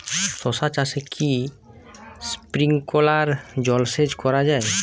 শশা চাষে কি স্প্রিঙ্কলার জলসেচ করা যায়?